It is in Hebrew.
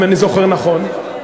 אם אני זוכר נכון.